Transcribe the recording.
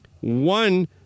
one